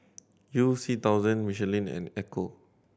You C thousand Michelin and Ecco